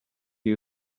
you